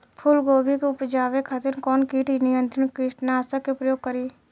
फुलगोबि के उपजावे खातिर कौन कीट नियंत्री कीटनाशक के प्रयोग करी?